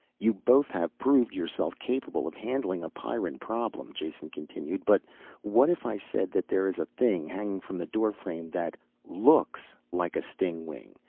you both have proved yourself capable of handling a pyrran problem. jason continued. but what if i said that there is a thing hanging from the doorframe that looks like a stingwing,